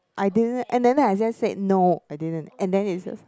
I didn't and then I just say no I didn't and then it just